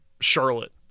Charlotte